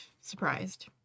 surprised